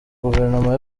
guverinoma